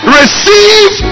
receive